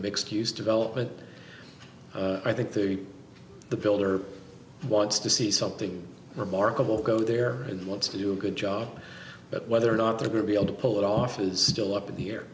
mixed use development i think the the builder wants to see something remarkable go there and wants to do a good job but whether or not they're going to be able to pull it off is still up in the air